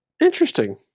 Interesting